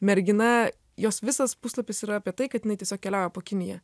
mergina jos visas puslapis yra apie tai kad jinai tiesiog keliauja po kiniją